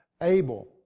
abel